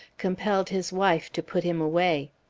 compelled his wife to put him away.